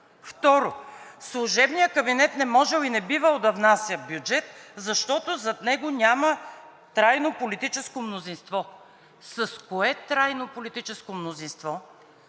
Второ, служебният кабинет не можел и не бивало да внася бюджет, защото зад него няма трайно политическо мнозинство. С кое трайно политическо мнозинство